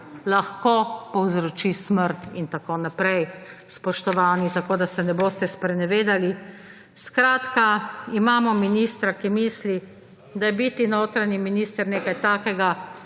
lahko povzroči smrt«. In tako naprej spoštovani, tako da se ne boste sprenevedali. Skratka, imamo ministra, ki misli, da je biti notranji minister nekaj takega